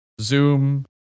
zoom